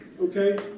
Okay